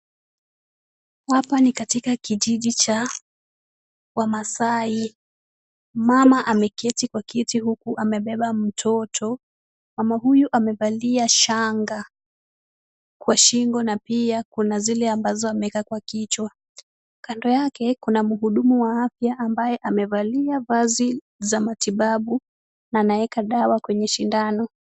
Hapa ni katika kijiji cha wamaasai. Mama ameketi kwa kiti huku amebeba mtoto. Mama huyu amevalia shanga kwa shingo na pia kuna zile ambazo ameweka kwa kichwa. Kando yake kuna muhudumu wa afya, ambaye amevalia vazi za matibabu na anaeka dawa kwenye sindano.